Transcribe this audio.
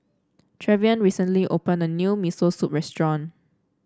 Trevion recently opened a new Miso Soup restaurant